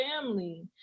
family